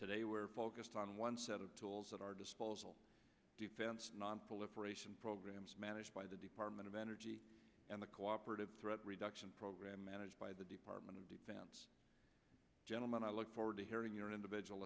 today were focused on one set of tools at our disposal defense nonproliferation programs managed by the department of energy and the cooperative threat reduction program managed by the department of defense gentlemen i look forward to hearing your individual